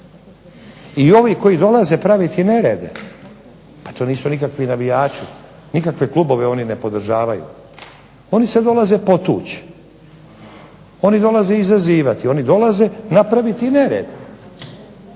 I ovi koji dolaze praviti nerede, pa to nisu nikakvi navijači, nikakve klubove oni ne podržavaju, oni se dolaze potući, oni dolaze izazivati, oni dolaze napraviti nered,